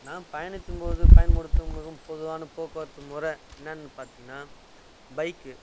நான் பயணத்தின் போது பயன்படுத்தும் மிகவும் பொதுவான போக்குவரத்து மொறை என்னன்னு பார்த்திங்கன்னா பைக்